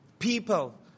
people